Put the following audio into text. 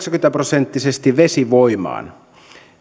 prosenttisesti vesivoimaan